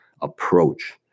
approach